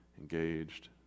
engaged